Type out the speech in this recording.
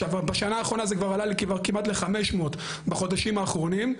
עכשיו בשנה האחרונה זה כבר עלה כבר כמעט ל- 500 בחודשים האחרונים,